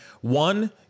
One